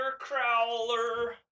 Crowler